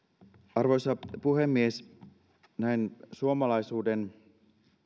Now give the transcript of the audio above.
arvoisa puhemies näin suomalaisuuden